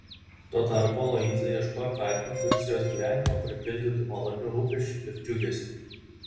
tuo tarpu aloyza ieškojo katino kuris jos gyvenimą pripildytų malonių rūpesčių ir džiugesio